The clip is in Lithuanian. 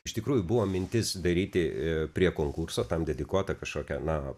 iš tikrųjų buvo mintis daryti prie konkurso tam dedikuotą kažkokią na